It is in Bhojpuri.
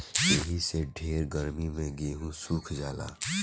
एही से ढेर गर्मी मे गेहूँ सुख जाला